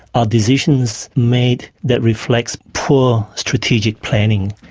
are decisions made that reflect poor strategic planning,